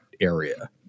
area